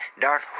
Darth